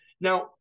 Now